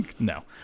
no